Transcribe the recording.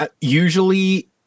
usually